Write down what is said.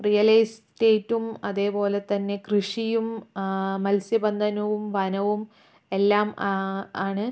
real എസ്റ്റേറ്റും അതേപോലെ തന്നെ കൃഷിയും മത്സ്യബന്ധനവും വനവും എല്ലാം ആണ്